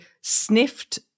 sniffed